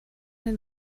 den